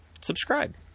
subscribe